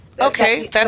Okay